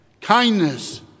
Kindness